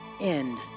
end